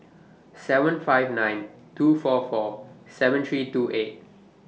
seven five nine two four four seven three two eight